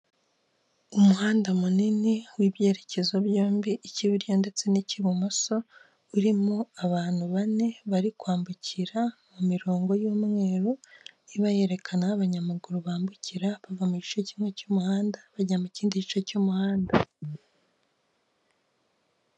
Umuhanda munini w'ibyerekezo byombi ik'iburyo ndetse n'ik'ibumoso, urimo abantu bane bari kwambukira mirongo y'umweru, iba yerekana aho abanyamaguru bambukira bava mu gice kimwe cy'umuhanda bajya mu kindi gice cy'umuhanda.